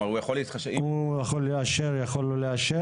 כלומר הוא יכול להתחשב --- הוא יכול לאשר או יכול לא לאשר?